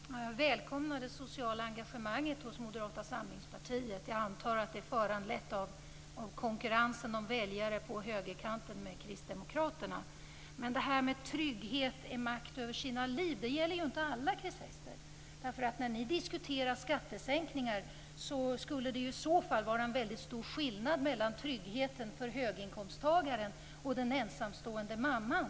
Fru talman! Jag välkomnar det sociala engagemanget hos Moderata samlingspartiet. Jag antar att det är föranlett av konkurrensen med Kristdemokraterna om väljare på högerkanten. Att trygghet är att ha makt över sina liv gäller inte alla, Chris Heister. När ni diskuterar skattesänkningar skulle det i så fall vara en väldigt stor skillnad mellan tryggheten för höginkomsttagaren och den ensamstående mamman.